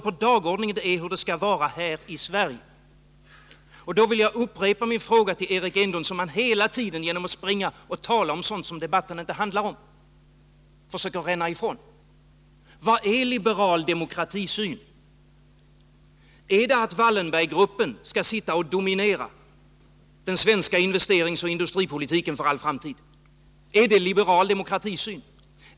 På dagordningen nu står hur det skall vara i Sverige. Jag vill då upprepa min fråga till Eric Enlund, som han hela tiden försöker ränna ifrån genom att tala om sådant som debatten inte handlar om: Vad är liberal demokratisyn? Är det att Wallenberggruppen skall sitta och dominera den svenska investeringsoch industripolitiken för all framtid? Är det liberal demokratisyn?